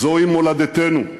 זוהי מולדתנו.